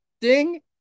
Ding